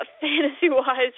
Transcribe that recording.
fantasy-wise